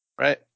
right